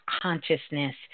consciousness